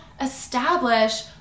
establish